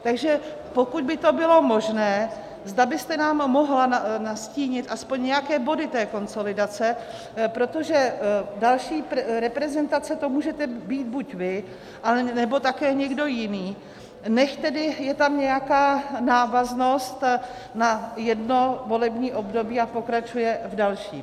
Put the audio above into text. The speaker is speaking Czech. Takže pokud by to bylo možné, zda byste nám mohla nastínit aspoň nějaké body té konsolidace, protože další reprezentace, to můžete být buď vy, anebo také někdo jiný, nechť tedy je tam nějaká návaznost na jedno volební období a pokračuje další.